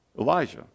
Elijah